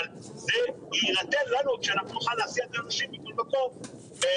אבל זה יינתן לנו כשאנחנו נוכל להסיע את האנשים בכל מקום ובכל